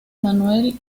manuel